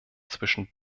zwischen